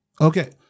Okay